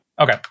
Okay